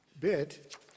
bit